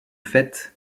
fait